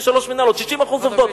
60% עובדות,